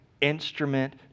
instrument